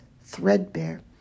threadbare